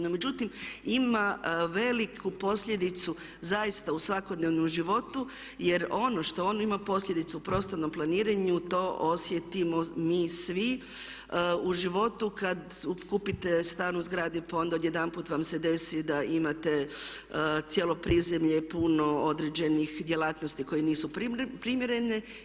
No međutim, ima veliku posljedicu zaista u svakodnevnom životu, jer ono što on ima posljedicu u prostornom planiranju to osjetimo mi svi u životu kad kupite stan u zgradi pa onda odjedanput vam se desi da imate cijelo prizemlje puno određenih djelatnosti koje nisu primjerene.